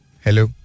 hello